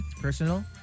personal